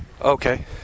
Okay